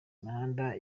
imihanda